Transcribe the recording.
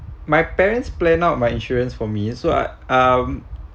my parents plan out my insurance for me so uh um